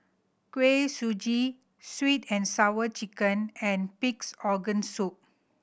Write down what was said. Kuih Suji Sweet And Sour Chicken and Pig's Organ Soup